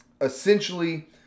essentially